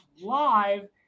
live